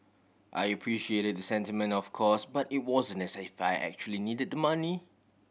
I appreciated the sentiment of course but it wasn't as if I actually needed the money